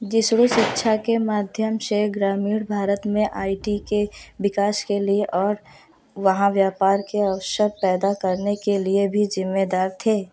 जिष्णु शिक्षा के माध्यम से ग्रामीण भारत में आई टी के विकास के लिये और वहां व्यापार के अवसर पैदा करने के लिये भी जिम्मेदार थे